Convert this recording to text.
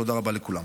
תודה רבה לכולם.